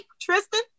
Tristan